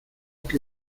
que